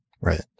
Right